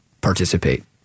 participate